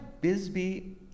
bisbee